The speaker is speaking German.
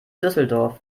düsseldorf